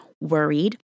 worried